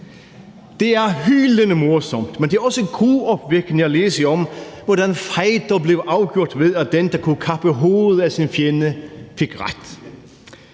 Det er hylende morsomt, men det er også gruopvækkende at læse om, hvordan fejder blev afgjort ved, at den, der kunne kappe hovedet af sin fjende, fik ret.